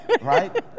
right